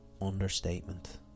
understatement